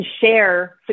share